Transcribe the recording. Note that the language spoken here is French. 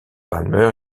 palmer